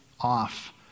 off